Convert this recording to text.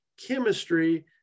chemistry